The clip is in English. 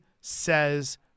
says